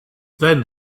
then